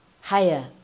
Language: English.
higher